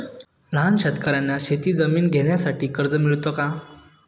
लहान शेतकऱ्यांना शेतजमीन घेण्यासाठी कर्ज मिळतो का?